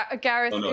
Gareth